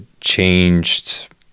changed